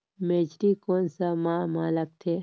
मेझरी कोन सा माह मां लगथे